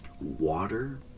water